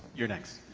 you're next.